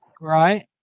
Right